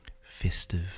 festive